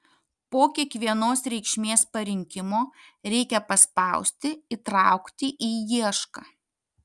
po kiekvienos reikšmės parinkimo reikia paspausti įtraukti į iešką